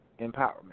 empowerment